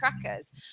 crackers